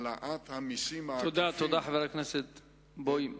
תודה, חבר הכנסת בוים.